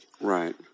Right